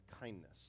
kindness